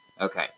Okay